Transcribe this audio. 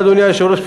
אדוני היושב-ראש,